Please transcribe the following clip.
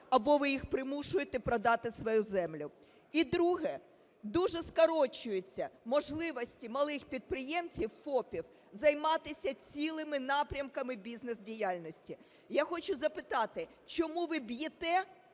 або ви їх примушуєте продати свою землю. І друге, дуже скорочуються можливості малих підприємців (ФОПів) займатися цілими напрямками бізнес-діяльності. Я хочу запитати: чому ви б'єте